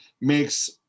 makes